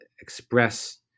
express